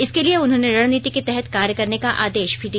इसके लिए उन्होंने रणनीति के तहत कार्य करने का आदेश भी दिया